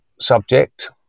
subject